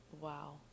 Wow